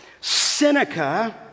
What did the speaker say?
Seneca